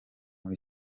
muri